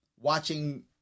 watching